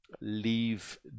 leave